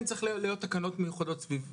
צריך להיות תקנות מיוחדות סביב זה.